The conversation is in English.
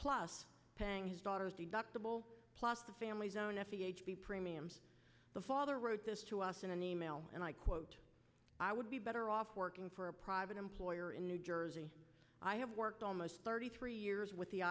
plus paying his daughter's deductible plus the family's premiums the father wrote this to us in an email and i quote i would be better off working for a private employer in new jersey i have worked almost thirty three years with the